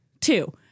Two